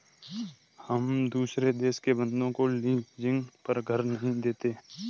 हम दुसरे देश के बन्दों को लीजिंग पर घर नहीं देते